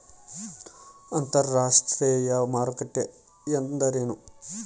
ಅಂತರಾಷ್ಟ್ರೇಯ ಮಾರುಕಟ್ಟೆ ಎಂದರೇನು?